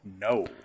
No